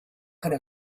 gonna